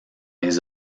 les